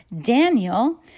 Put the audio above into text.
Daniel